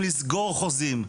לא יודעים האם לסגור חוזים.